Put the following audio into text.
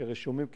שרשומים כחוקיים.